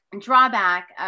drawback